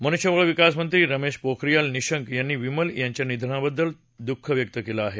मनुष्यबळ विकास मंत्री रमेश पोखरियाल निशंक यांनी विमल यांच्या निधनाबद्दल दुःख व्यक्त केलं आहे